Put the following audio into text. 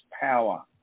power